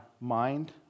mind